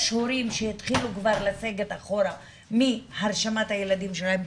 יש הורים שהתחילו כבר לסגת אחורה מהרשמת הילדים שלהם,